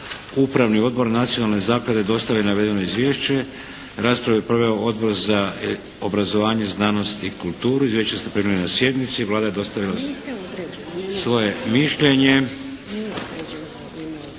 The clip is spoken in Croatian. Upravni odbor Nacionalne zaklade dostavio je navedeno izvješće. Raspravu je proveo Odbor za obrazovanje, znanost i kulturu. Izvješće ste primili na sjednici. Vlada je dostavila svoje mišljenje.